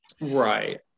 Right